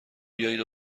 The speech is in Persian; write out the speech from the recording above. بیایید